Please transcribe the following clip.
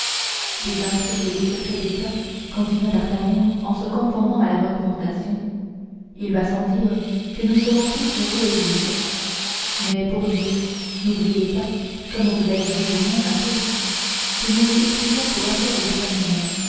des intrigues et des secrets d'état continua d'artagnan en se conformant à la recommandation il va sans dire que nous serons tous roués vifs mais pour dieu n'oubliez pas comme vous l'avez dit vous-même athos que nous lui écrivons pour affaire de famille